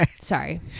Sorry